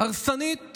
הרסנית